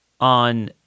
on